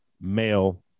male